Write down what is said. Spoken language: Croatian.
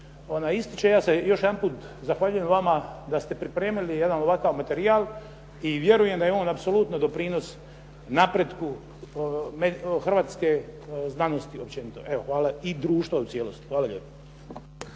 ističe, ja se još jedanput zahvaljujem vama da ste pripremili jedan ovakav materijal i vjerujem da je on apsolutno doprinos napretku hrvatske znanosti općenito i društva u cijelosti. Hvala lijepo.